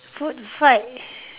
food fight